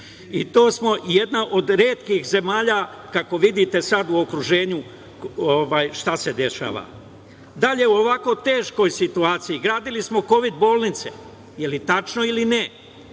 i to smo jedna od retkih zemalja, kako vidite sad u okruženju šta se dešava. Dalje, u ovakvoj situaciji, gradili smo kovid bolnice. Je li tačno ili nije?